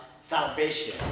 salvation